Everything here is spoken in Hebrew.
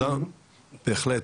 בהחלט,